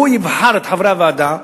שהוא יבחר את חברי הוועדה,